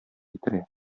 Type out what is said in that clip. китерә